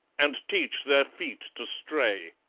and teach their feet to stray.